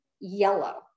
yellow